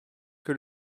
que